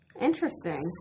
Interesting